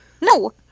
no